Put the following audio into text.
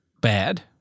bad